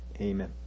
Amen